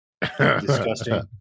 disgusting